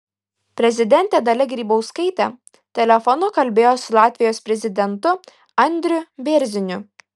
prezidentė dalia grybauskaitė telefonu kalbėjo su latvijos prezidentu andriu bėrziniu